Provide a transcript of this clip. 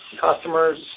customers